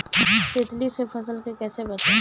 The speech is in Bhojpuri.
तितली से फसल के कइसे बचाई?